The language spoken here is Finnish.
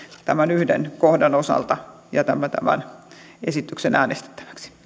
tämän yhden kohdan osalta jätämme tämän esityksen äänestettäväksi